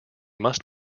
must